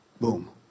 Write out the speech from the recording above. Boom